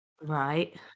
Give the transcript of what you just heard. Right